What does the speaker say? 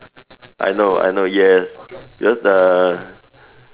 I know I know yes because uh